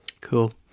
Cool